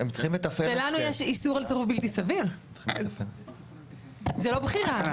ולנו יש איסור על סירוב בלתי סביר, זו לא בחירה.